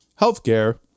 healthcare